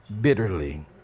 bitterly